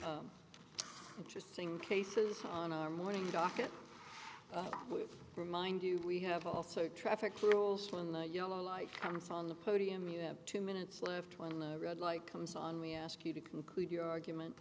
interesting cases on our morning docket we remind you we have also traffic rules when the yellow light coming from the podium you have two minutes left when a read like comes on we ask you to conclude your argument